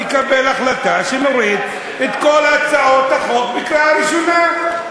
נקבל החלטה שנוריד את כל הצעות החוק לקריאה ראשונה.